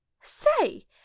say